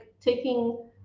taking